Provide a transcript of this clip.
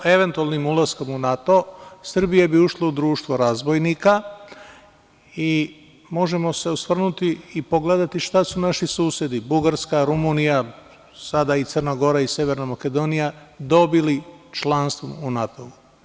Eventualnim ulaskom u NATO, Srbija bi ušla u društvo razbojnika i možemo se osvrnuti i pogledati šta su naši susedi, Bugarska, Rumunija, Crna Gora, Severna Makedonija, dobili članstvom u NATO-u?